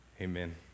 amen